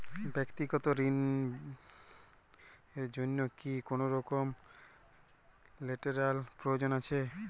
ব্যাক্তিগত ঋণ র জন্য কি কোনরকম লেটেরাল প্রয়োজন আছে?